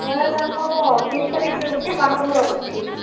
sir ଆମର ଅଠେଇଶି ତାରିଖ ଗୋଟେ ବାହାଘର ଅଛି